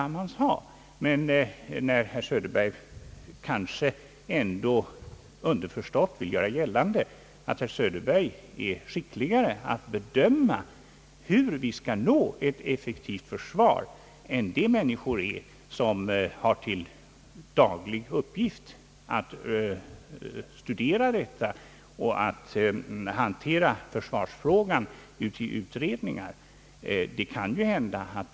Men herr Söderberg vill underförstått göra gällande att han är skickligare att bedöma hur vi skall nå ett effektivt försvar än de människor som har till daglig uppgift att studera detta och hantera försvarsfrågan, t.ex. i utredningar.